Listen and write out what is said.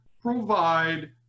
provide